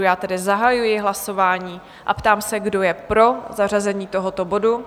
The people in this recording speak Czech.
Já tedy zahajuji hlasování a ptám se, kdo je pro zařazení tohoto bodu?